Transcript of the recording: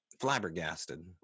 flabbergasted